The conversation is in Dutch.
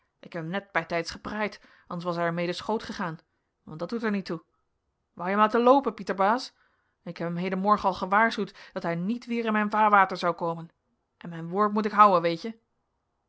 heb hem net bijtijds gepraaid anders was hij er mede schoot gegaan want dat doet er niet toe wou jij hem laten loopen pieterbaas ik heb hem hedenmorgen al gewaarschuwd dat hij niet weer in mijn vaarwater zou komen en mijn woord moet ik houen weet je